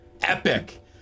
epic